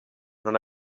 non